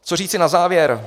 Co říci na závěr?